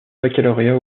baccalauréat